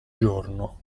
giorno